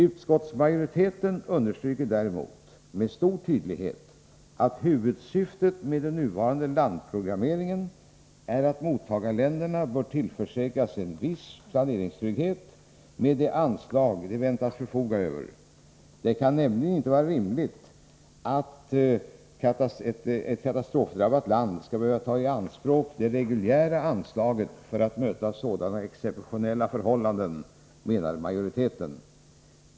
Utskottsmajoriteten understryker däremot med stor tydlighet att huvudsyftet med den nuvarande landprogrammeringen är att mottagarländerna bör tillförsäkras en viss planeringstrygghet med de anslag som de väntas förfoga över. Det kan nämligen inte vara rimligt att ett katastrofdrabbat land skall behöva ta i anspråk det reguljära anslaget för att möta sådana exceptionella förhållanden, menar majoriteten.